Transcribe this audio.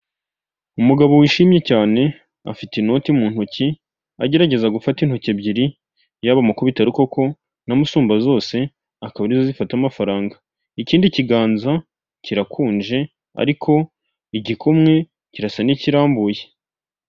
Umugabo wishimye cyane, afite inoti mu ntoki, agerageza gufata intoki ebyiri, yaba mukubitarukoko namusumbazose, akaba arizo zifata amafaranga, ikindi kiganza kirakonje, ariko igikumwe kirasa n'ikirambuye.